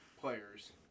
players